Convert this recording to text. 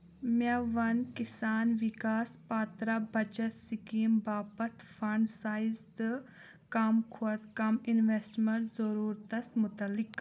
مےٚ وَن کِسان وِکاس پترٛا بَچتھ سکیٖم باپتھ فنڑ سایِز تہٕ کم کھۄتہٕ کم انویسٹہٕ مینٹ ضروٗرتَس مُتعلِق